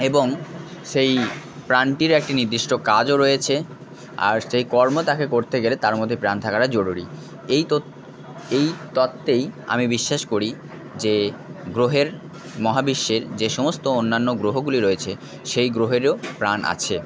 এবং সেই প্রাণটির একটি নির্দিষ্ট কাজও রয়েছে আর সেই কর্ম তাকে করতে গেলে তার মধ্যে প্রাণ থাকাটা জরুরি এই এই তত্ত্বেই আমি বিশ্বাস করি যে গ্রহের মহাবিশ্বের যে সমস্ত অন্যান্য গ্রহগুলি রয়েছে সেই গ্রহেরও প্রাণ আছে